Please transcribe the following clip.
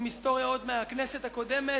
עם היסטוריה עוד מהכנסת הקודמת.